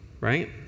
right